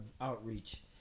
outreach